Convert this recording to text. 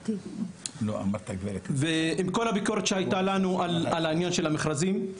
עם כל הביקורת שהייתה לנו על העניין של המכרזים,